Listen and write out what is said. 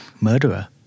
Murderer